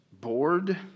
bored